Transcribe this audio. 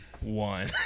one